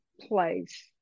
place